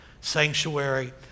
sanctuary